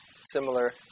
similar